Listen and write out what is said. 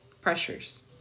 pressures